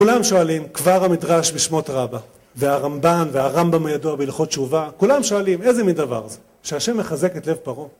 כולם שואלים כבר המדרש בשמות רבא והרמבן והרמבם הידוע בהלכות תשובה כולם שואלים איזה מין דבר זה שהשם מחזק את לב פרעה